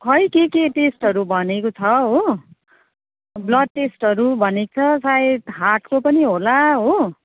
खै के के टेस्टहरू भनेको छ हो ब्लड टेस्टहरू भनेको छ सायद हार्टको पनि होला हो